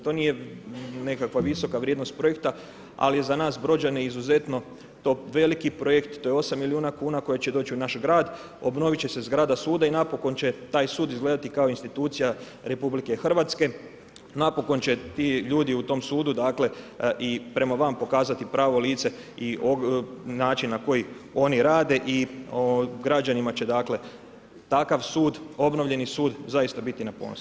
To nije nekakva visoka vrijednost projekta, ali je za nas brođane izuzetno to veliki projekt, to je 8 milijuna kuna koje će doći u naš grad, obnoviti će se zgrada suda i napokon će taj sud izgledati kao institucija RH, napokon će ti ljudi u tom sudu dakle i prema van pokazati pravo lice i način na koji oni rade i građanima će dakle takav sud, obnovljeni sud zaista biti na ponos.